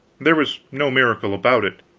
there was no miracle about it.